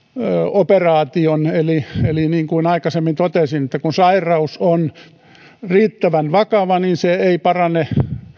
operaation niin kuin aikaisemmin totesin kun sairaus on riittävän vakava niin se ei parane